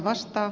miksi